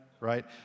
Right